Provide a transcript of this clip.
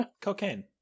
Cocaine